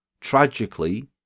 tragically